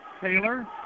Taylor